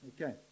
okay